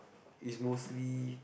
it's mostly